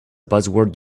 buzzword